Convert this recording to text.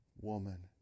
woman